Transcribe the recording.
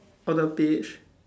on the page